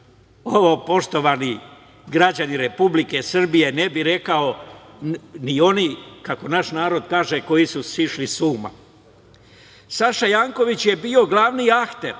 Ovo, poštovani građani Republike Srbije, ne bi rekli ni oni koji su, kako naš narod kaže, "sišli s` uma".Saša Janković je bio glavni akter,